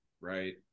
right